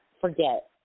forget